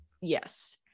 Yes